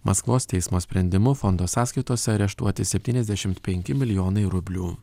maskvos teismo sprendimu fondo sąskaitose areštuoti septyniasdešimt penki milijonai rublių